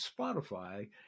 spotify